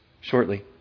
shortly